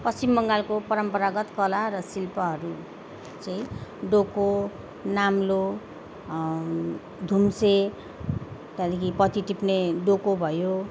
पश्चिम बङ्गालको परम्परागत कला र शिल्पहरू चाहिँ डोको नाम्लो थुन्से त्यहाँदेखि पत्ती टिप्ने डोको भयो